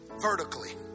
vertically